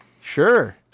Sure